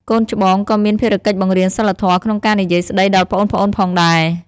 កូនច្បងក៏មានភារកិច្ចបង្រៀនសីលធម៌ក្នុងការនិយាយស្ដីដល់ប្អូនៗផងដែរ។